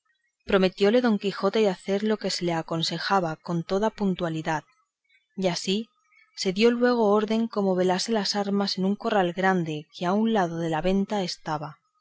pensase prometióle don quijote de hacer lo que se le aconsejaba con toda puntualidad y así se dio luego orden como velase las armas en un corral grande que a un lado de la venta estaba